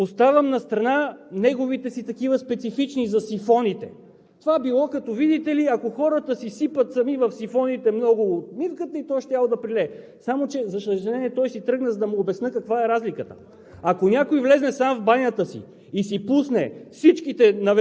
обясни. Първо, оставям настрана неговите си, такива специфични – за сифоните. Това било, видите ли, както, ако хората си сипят в сифоните много вода в мивката и щяла да прелее. Само че, за съжаление, той си тръгна, за да му обясня каква е разликата.